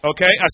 Okay